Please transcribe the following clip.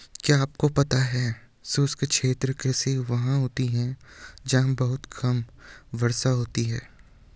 क्या आपको पता है शुष्क क्षेत्र कृषि वहाँ होती है जहाँ बहुत कम वर्षा होती है?